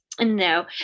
No